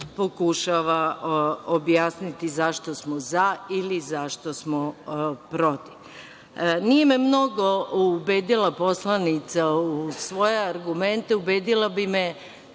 pokušava objasniti zašto smo za ili zašto smo protiv. Nije me mnogo ubedila poslanica u svoje argumente. Ubedila bi me